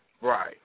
Right